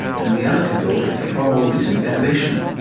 in reality though, it's a far more recent innovation.